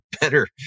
better